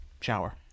Shower